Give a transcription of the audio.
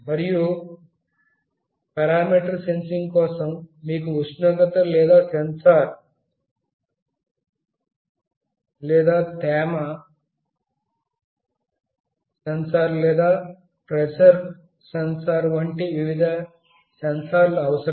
మరియు పారామితి సెన్సింగ్ కోసం మీకు ఉష్ణోగ్రత సెన్సార్ లేదా తేమ సెన్సార్ లేదా ప్రెజర్ సెన్సార్ వంటి వివిధ సెన్సార్లు అవసరం